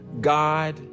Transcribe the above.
God